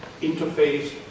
interface